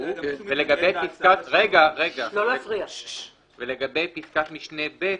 שהוא, ולגבי פסקת משנה (ב)